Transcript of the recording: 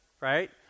right